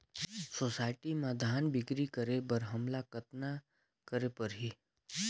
Society म धान बिक्री करे बर हमला कतना करे परही?